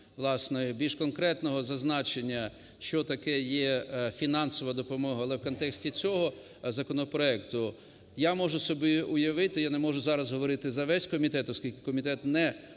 більш конкретного зазначення, що таке є фінансова допомога, але в контексті цього законопроекту, я можу собі уявити, я не можу зараз говорити за весь комітет, оскільки комітет не